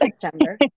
September